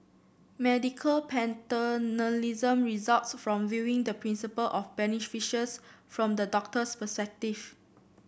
medical paternalism results from viewing the principle of beneficence from the doctor's perspective